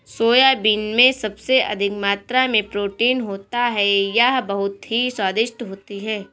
soybean में सबसे अधिक मात्रा में प्रोटीन होता है यह बहुत ही स्वादिष्ट होती हैं